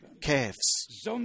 calves